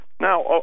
Now